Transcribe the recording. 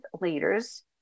leaders